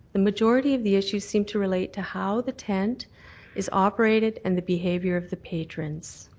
the majority of the issues seem to relate to how the tent is operated and the behaviour of the patrons.